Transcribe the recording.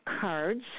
cards